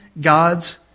God's